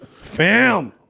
fam